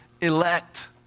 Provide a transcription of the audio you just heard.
elect